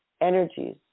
energies